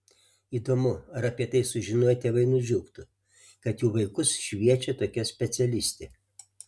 įdomu ar apie tai sužinoję tėvai nudžiugtų kad jų vaikus šviečia tokia specialistė